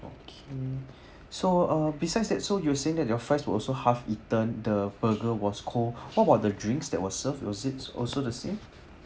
okay so uh besides that so you were saying that your fries were also half eaten the burger was cold what about the drinks that was served was it's also the same